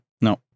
no